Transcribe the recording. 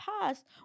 past